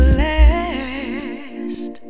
last